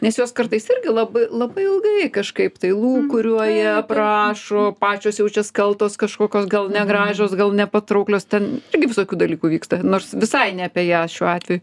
nes jos kartais irgi labai labai ilgai kažkaip tai lūkuriuoja prašo pačios jaučias kaltos kažkokios gal negražios gal nepatrauklios ten irgi visokių dalykų vyksta nors visai ne apie ją šiuo atveju